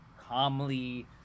calmly